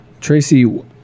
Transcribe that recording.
Tracy